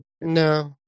No